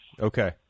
okay